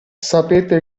sapete